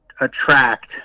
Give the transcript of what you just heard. attract –